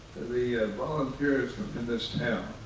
the volunteers in this town,